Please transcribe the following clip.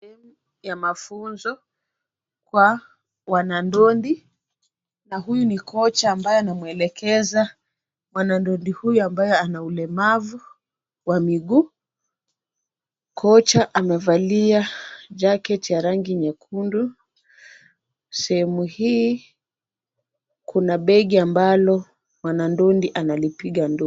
Sehemu ya mafunzo, kwa wanadondi na huyu ni kocha ambaye anamwelekeza mwanadondi huyu ambaye ana ulemavu wa miguu. Kocha amevalia jacket ya rangi nyekundu. Sehemu hii kuna begi ambalo mwanandondi analipiga ndondi.